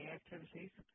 activities